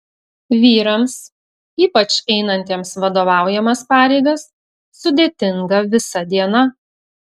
vyrams ypač einantiems vadovaujamas pareigas sudėtinga visa diena